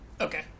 Okay